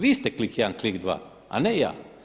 Vi ste klik jedan, klik dva, a ne ja.